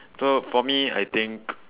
so for me I think